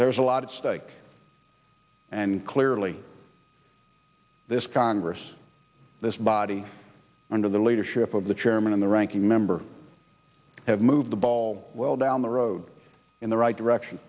there is a lot of stake and clearly this congress this body under the leadership of the chairman and the ranking member have moved the ball well down the road in the right direction